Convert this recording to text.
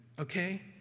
Okay